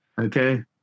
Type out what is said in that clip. Okay